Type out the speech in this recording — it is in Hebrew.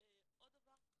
עוד דבר חשוב,